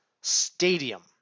stadium